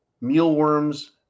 mealworms